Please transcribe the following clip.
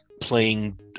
playing